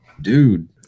dude